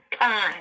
time